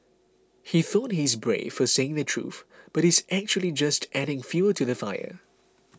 he thought he's brave for saying the truth but he's actually just adding fuel to the fire